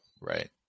right